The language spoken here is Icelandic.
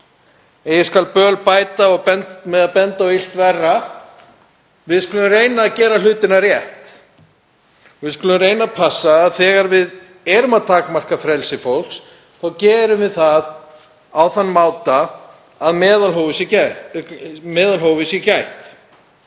En eigi skal böl bæta með því að benda á annað verra. Við skulum reyna að gera hlutina rétt og við skulum reyna að passa að þegar við takmörkum frelsi fólks þá gerum við það á þann máta að meðalhófs sé gætt.